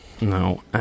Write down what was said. No